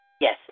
Yes